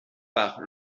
part